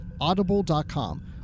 Audible.com